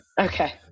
Okay